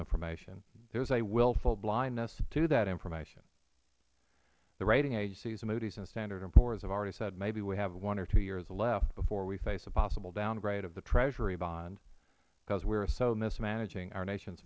information there is a willful blindness to that information the rating agencies moodys and standard and poors have already said maybe we have one or two years left before we face a possible downgrade of the treasury bond because we are so mismanaging our nations